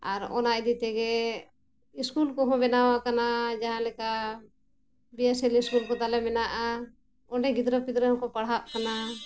ᱟᱨ ᱚᱱᱟ ᱤᱫᱤ ᱛᱮᱜᱮ ᱥᱠᱩᱞ ᱠᱚᱦᱚᱸ ᱵᱮᱱᱟᱣ ᱟᱠᱟᱱᱟ ᱡᱟᱦᱟᱸ ᱞᱮᱠᱟ ᱵᱤ ᱮᱥ ᱮᱞ ᱥᱠᱩᱞ ᱠᱚ ᱛᱟᱞᱮ ᱢᱮᱱᱟᱜᱼᱟ ᱚᱸᱰᱮ ᱜᱤᱫᱽᱨᱟᱹ ᱯᱤᱫᱽᱨᱟᱹ ᱦᱚᱸᱠᱚ ᱯᱟᱲᱦᱟᱜ ᱠᱟᱱᱟ